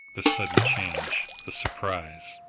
the sudden change, the surprise,